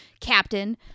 captain